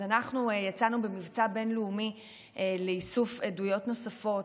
אנחנו יצאנו במבצע בין-לאומי לאיסוף עדויות נוספות,